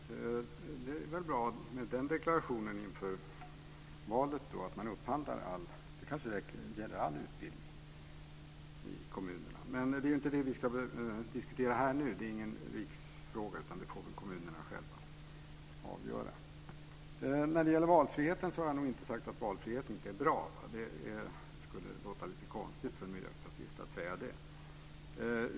Fru talman! Det var väl bra med den deklarationen inför valet, att man ska upphandla allting. Det kanske gäller all utbildning i kommunerna. Men det är inte det vi ska diskutera här och nu. Detta är ingen riksfråga, utan det får kommunerna själva avgöra. När det gäller valfriheten har jag nog inte sagt att valfrihet inte är bra. Det skulle låta lite konstigt från en miljöpartist.